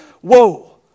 Whoa